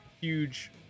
huge